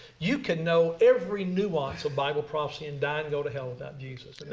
you can know every nuance of bible prophecy and die and go to hell without jesus, and